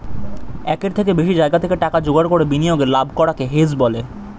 একের থেকে বেশি জায়গা থেকে টাকা জোগাড় করে বিনিয়োগে লাভ করাকে হেজ বলে